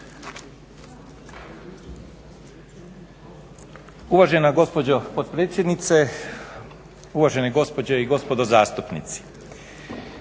Uvažena gospođo potpredsjednice, uvažene gospođe i gospodo zastupnici.